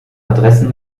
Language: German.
adressen